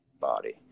body